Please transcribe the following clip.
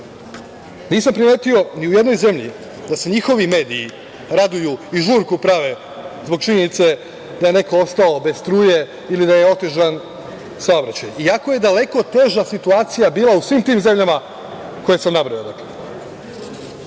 drugo. Nisam primetio ni u jednoj zemlji da se njihovi mediji raduju i žurku prave zbog činjenice da je neko ostao bez struje ili da je otežan saobraćaj, iako je daleko teža situacija bila u svim tim zemljama koje sam nabrojao,